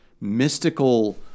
mystical